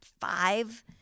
five